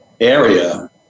area